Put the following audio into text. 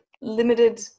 limited